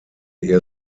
ihr